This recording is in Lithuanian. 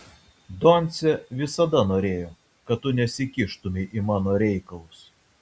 doncė visada norėjo kad tu nesikištumei į mano reikalus